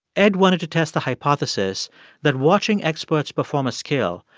ed wanted to test the hypothesis that watching experts perform a skill,